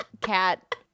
cat